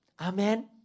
Amen